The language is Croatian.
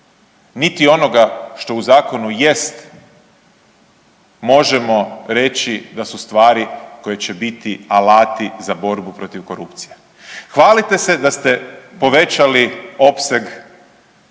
niti onoga što u zakonu jest možemo reći da su stvari koje će biti alati za borbu protiv korupcije. Hvalite se da ste povećali opseg